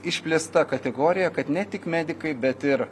išplėsta kategorija kad ne tik medikai bet ir